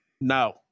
No